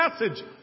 message